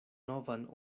novan